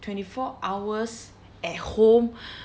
twenty four hours at home